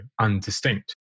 undistinct